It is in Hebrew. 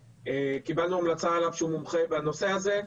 קיבלנו המלצה עליו שהוא מומחה בנושא הזה.